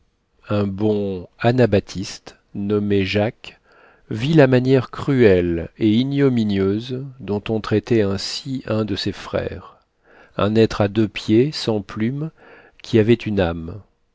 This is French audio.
un bon anabaptiste nommé jacques vit la manière cruelle et ignominieuse dont on traitait ainsi un de ses frères un être à deux pieds sans plumes qui avait une âme